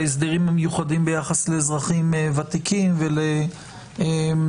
ההסדרים המיוחדים ביחס לאזרחים ותיקים ולאזרחים